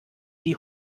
die